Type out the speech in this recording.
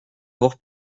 avoir